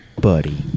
Buddy